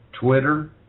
Twitter